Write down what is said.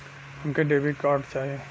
हमके debit card चाही?